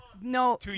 No